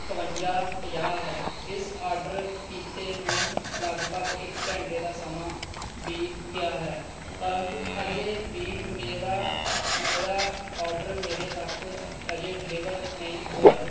ਇਕਵੰਜਾ ਪੰਜਾਹ ਹੈ ਇਸ ਆਰਡਰ ਕੀਤੇ ਨੂੰ ਲਗਭਗ ਇੱਕ ਘੰਟੇ ਦਾ ਸਮਾਂ ਬੀਤ ਗਿਆ ਹੈ ਪਰੰਤੂ ਅਜੇ ਵੀ ਮੇਰਾ ਮੇਰਾ ਆਰਡਰ ਮੇਰੇ ਤੱਕ ਅਜੇ ਡਿਲੀਵਰ ਨਹੀਂ ਹੋਇਆ